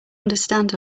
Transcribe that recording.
understand